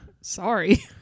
Sorry